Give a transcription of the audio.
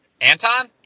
Anton